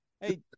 Hey